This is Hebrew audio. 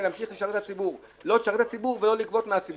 להמשיך ולשרת את הציבור לא לשרת את הציבור ולא לגבות מהציבור,